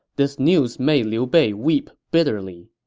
this news made liu bei weep bitterly.